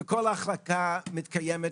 וכל ההחלקה מתקיימת